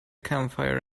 campfire